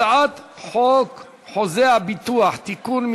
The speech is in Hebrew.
הצעת חוק חוזה הביטוח (תיקון,